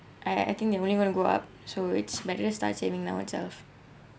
I I think they're only going to grow up so it's better to start saving now itself